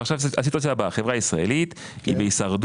ועכשיו הסיטואציה הבאה היא חברה ישראלית היא בהישרדות,